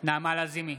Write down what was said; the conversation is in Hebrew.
נעמה לזימי,